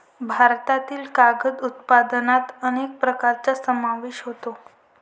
भारतातील कागद उत्पादनात अनेक प्रकारांचा समावेश होतो